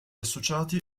associati